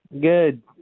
Good